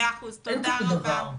תודה רבה דפנה.